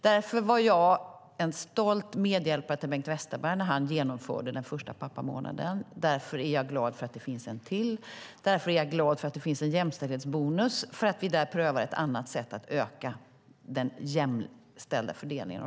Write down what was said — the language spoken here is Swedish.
Därför var jag en stolt medhjälpare till Bengt Westerberg när han genomförde den första pappamånaden, därför är jag glad för att det finns en till, och därför är jag glad för att det finns en jämställdhetsbonus, för att vi där prövar ett annat sätt att öka den jämställda fördelningen.